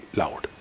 loud